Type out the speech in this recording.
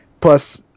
plus